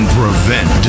prevent